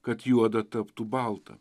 kad juoda taptų balta